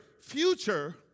future